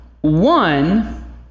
one